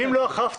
אם לא אכפתם.